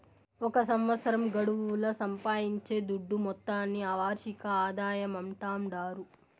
ఒక సంవత్సరం గడువుల సంపాయించే దుడ్డు మొత్తాన్ని ఆ వార్షిక ఆదాయమంటాండారు